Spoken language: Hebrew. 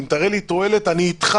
אם תראה לי תועלת, אני איתך.